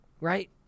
right